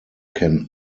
can